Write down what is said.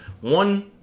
One